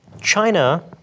China